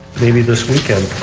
maybe this weekend.